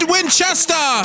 Winchester